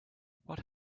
what